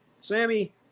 Sammy